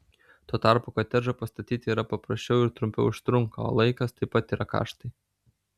tuo tarpu kotedžą pastatyti yra paprasčiau ir trumpiau užtrunka o laikas taip pat yra kaštai